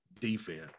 defense